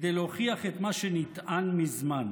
כדי להוכיח את מה שנטען מזמן: